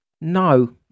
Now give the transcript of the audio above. No